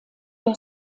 der